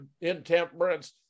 intemperance